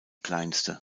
kleinste